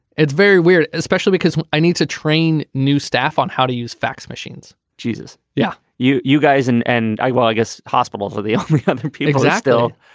it's very weird especially because i need to train new staff on how to use fax machines. jesus yeah. you you guys and and i well i guess hospitals are the kind of computer yeah still.